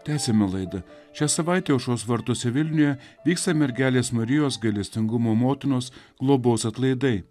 tęsiame laidą šią savaitę aušros vartuose vilniuje vyksta mergelės marijos gailestingumo motinos globos atlaidai